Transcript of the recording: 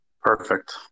perfect